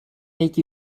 make